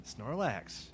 snorlax